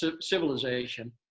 civilization